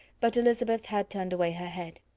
but elizabeth had turned away her head.